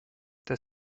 that